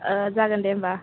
जागोन दे होम्बा